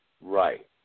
Right